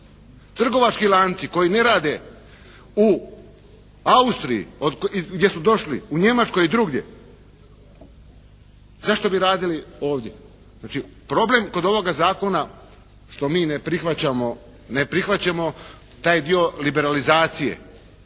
Trgovački lanci koji ne rade u Austriji gdje su došli, u Njemačkoj i drugdje, zašto bi radili ovdje. Znači problem kod ovoga zakona što mi ne prihvaćamo, ne prihvaćamo taj dio liberalizacije